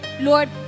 Lord